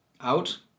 out